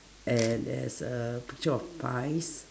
and there's a picture of pies